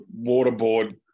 waterboard